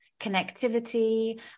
connectivity